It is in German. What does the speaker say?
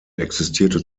existierte